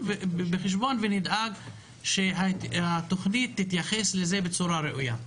ונדאג שהתוכנית תתייחס לזה בצורה ראויה.